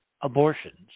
abortions